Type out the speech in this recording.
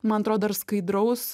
man atrodo ir skaidraus